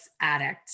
addict